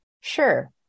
sure